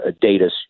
data